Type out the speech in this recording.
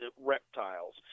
reptiles